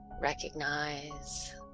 recognize